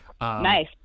Nice